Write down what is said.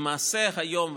למעשה היום,